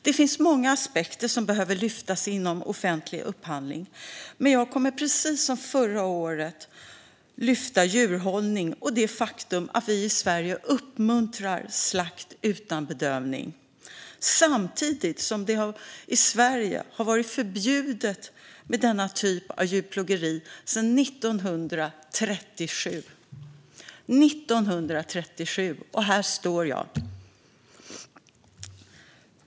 Det finns många aspekter som behöver lyftas upp inom offentlig upphandling, men jag kommer precis som förra året att lyfta upp djurhållning och det faktum att vi i Sverige uppmuntrar slakt utan bedövning, samtidigt som det i Sverige har varit förbjudet med denna typ av djurplågeri sedan 1937 - 1937! Och här står jag nu.